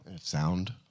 Sound